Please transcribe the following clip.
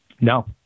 No